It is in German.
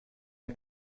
ein